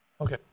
Okay